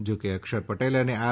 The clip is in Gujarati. જોકે અક્ષર પટેલ અને આર